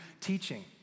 teaching